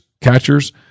catchers